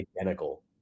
identical